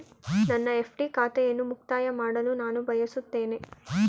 ನನ್ನ ಎಫ್.ಡಿ ಖಾತೆಯನ್ನು ಮುಕ್ತಾಯ ಮಾಡಲು ನಾನು ಬಯಸುತ್ತೇನೆ